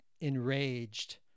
enraged